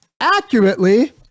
accurately